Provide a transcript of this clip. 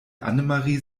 annemarie